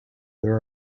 there